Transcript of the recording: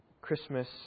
Christmas